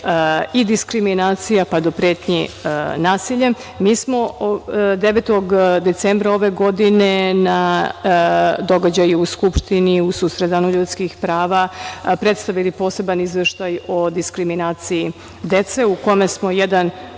i diskriminacija, pa do pretnji nasiljem. Mi smo 9. decembra ove godine na događaje u Skupštini u susret danu ljudskih prava predstavili poseban izveštaj o diskriminaciji dece u kome smo jedan